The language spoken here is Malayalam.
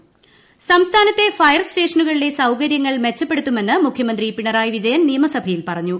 അഗ്നിശമനം സംസ്ഥാനത്തെ ഫയർ സ്റ്റേഷനുകളിലെ സൌകര്യങ്ങൾ മെച്ചപ്പെടുത്തുമെന്ന് മുഖ്യമന്ത്രി പിണറായി വിജയൻ നിയമസഭയിൽ പറഞ്ഞു